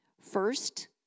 First